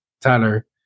Tyler